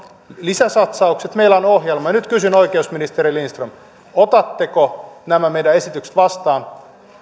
lisäsatsaukset meillä on ohjelma nyt kysyn oikeusministeri lindström otatteko nämä meidän esityksemme vastaan